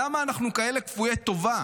למה אנחנו כאלה כפויי טובה?